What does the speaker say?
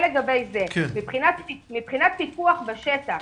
מבחינת פיקוח בשטח